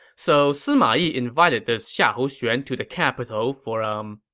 so sima yi invited this xiahou xuan to the capital for, umm,